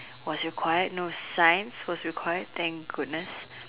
was required no science was required thank goodness